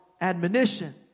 admonition